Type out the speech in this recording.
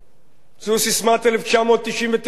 זו ססמת 1999 שצלחה: